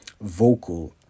vocal